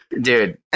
dude